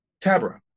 Tabra